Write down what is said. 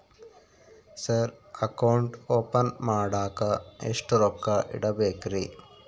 Sir account open ಮಾಡಾಕ ಎಷ್ಟು ರೊಕ್ಕ ಇಡಬೇಕ್ರಿ?